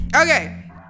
okay